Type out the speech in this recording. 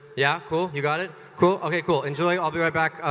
yeah? cool? you got it? cool? okay, cool, enjoy. i'll be right back.